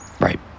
Right